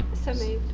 so moved.